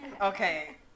Okay